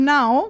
Now